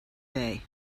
day